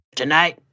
Tonight